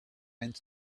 end